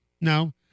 No